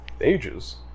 ages